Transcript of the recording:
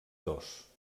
dos